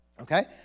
Okay